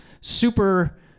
super